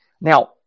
Now